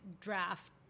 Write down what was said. draft